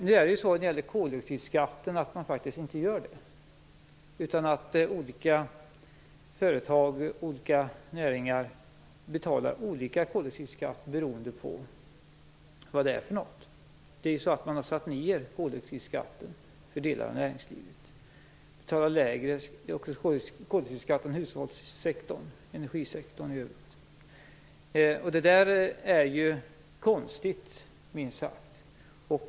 När det gäller koldioxidskatten är det inte samma krav, utan olika företag och näringar betalar olika koldioxidskatt beroende på vad det är. Man har satt ned koldioxidskatten för delar av näringslivet, som betalar lägre skatt än vad hushållssektorn och energisektorn i övrigt betalar. Det är minst sagt konstigt.